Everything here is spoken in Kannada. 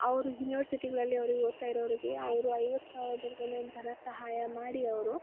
ಅವ್ರು ಯೂನಿವರ್ಸಿಟಿಗಳಲ್ಲಿ ಅವ್ರು ಓದ್ತಾ ಇರೋರೋರಿಗೆ ಅವರು ಐವತ್ತು ಸಾವಿರ ದೊರಗು ಧನ ಸಹಾಯ ಮಾಡಿ ಅವರು